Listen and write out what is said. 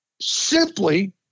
simply